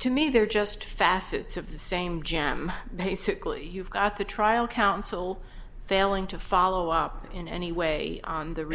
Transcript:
to me they're just facets of the same jam basically you've got the trial counsel failing to follow up in any way on the